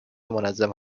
منظم